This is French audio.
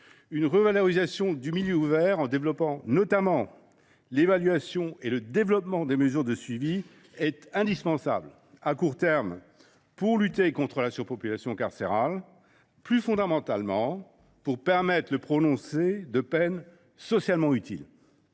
Une revalorisation du milieu ouvert, notamment l’évaluation et le développement des mesures de suivi, est indispensable à court terme, pour lutter contre la surpopulation carcérale, et, plus fondamentalement, pour permettre le prononcé de peines socialement utiles.